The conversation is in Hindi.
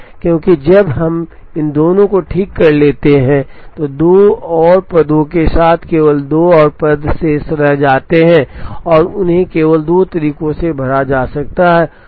क्योंकि जब हम इन दोनों को ठीक कर लेते हैं तो दो और पदों के साथ केवल दो और पद शेष रह जाते हैं और उन्हें केवल दो तरीकों से भरा जा सकता है